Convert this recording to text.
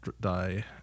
Die